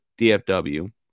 DFW